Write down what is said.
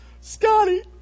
Scotty